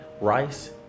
rice